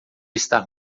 estar